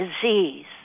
disease